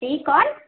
جی کون